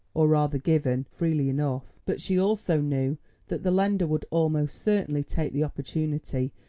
or rather given, freely enough but she also knew that the lender would almost certainly take the opportunity,